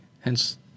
hence